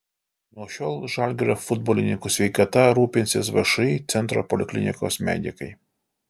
nuo šiol žalgirio futbolininkų sveikata rūpinsis všį centro poliklinikos medikai